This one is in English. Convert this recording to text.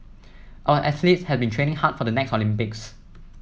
our athletes have been training hard for the next Olympics